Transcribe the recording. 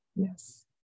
yes